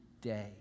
day